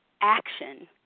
action